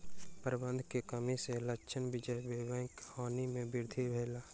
प्रबंधन के कमी सॅ लक्ष्मी विजया बैंकक हानि में वृद्धि भेल